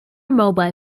mobile